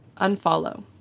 unfollow